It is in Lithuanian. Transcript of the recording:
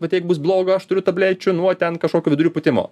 vat jeigu bus bloga aš turiu tablečių nuo ten kažkokio vidurių pūtimo